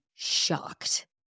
shocked